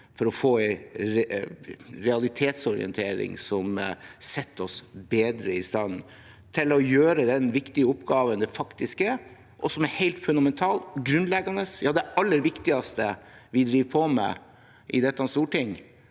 for å få en realitetsorientering som setter oss bedre i stand til å gjøre den viktige oppgaven det faktisk er – og som er helt fundamental og grunnleggende, ja, det aller viktigste vi driver på med i Stortinget